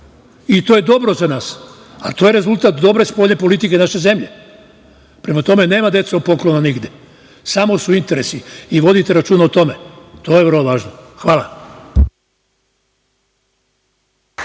i to je dobro za nas. To je rezultat dobre spoljne politike naše zemlje. Prema tome, nema, deco, poklona nigde, samo su interesi i vodite računa o tome, to je vrlo važno. Hvala.